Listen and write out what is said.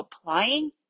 applying